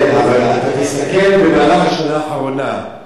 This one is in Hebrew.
כן, אבל תסתכל במהלך השנה האחרונה.